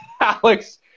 Alex